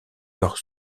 leur